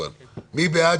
מי בעד?